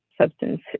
substance